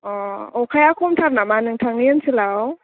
अ' अखाया खम थार नामा नोंथांनि ओन्नसोलाव